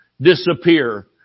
disappear